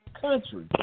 country